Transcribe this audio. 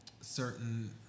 certain